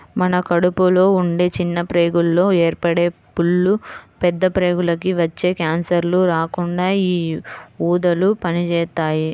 మన కడుపులో ఉండే చిన్న ప్రేగుల్లో ఏర్పడే పుళ్ళు, పెద్ద ప్రేగులకి వచ్చే కాన్సర్లు రాకుండా యీ ఊదలు పనిజేత్తాయి